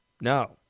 no